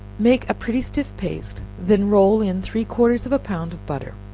make a pretty stiff paste then roll in three-quarters of a pound of butter.